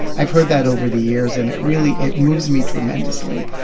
i've heard that over the years, and it really it moves me tremendously.